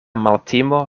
maltimo